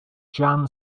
jan